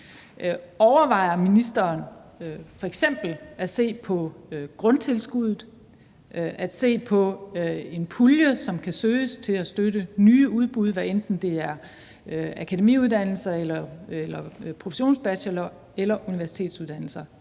Overvejer ministeren f.eks. at se på grundtilskuddet og at se på en pulje, som kan søges, til at støtte nye udbud, hvad enten det er akademiuddannelser, professionsbachelorer eller universitetsuddannelser?